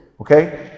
Okay